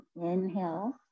Inhale